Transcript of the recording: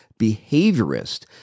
behaviorist